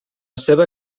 seva